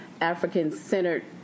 African-centered